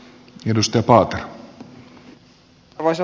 arvoisa puhemies